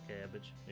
cabbage